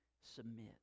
submit